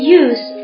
use